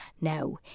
Now